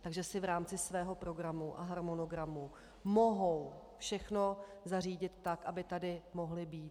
Takže si v rámci svého programu a harmonogramu mohou všechno zařídit tak, aby tady mohli být.